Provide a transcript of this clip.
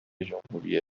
جمهوری